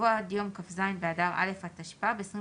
יבוא "עד יום כ"ז באדר א' התשפ"ב (28